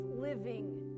living